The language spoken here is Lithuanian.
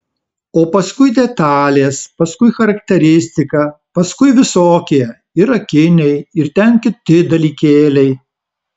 o paskui detalės paskui charakteristika paskui visokie ir akiniai ir ten kiti dalykėliai